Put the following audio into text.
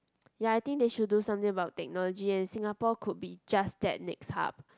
ya I think they should do something about technology and Singapore could be just that next hub